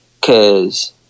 Cause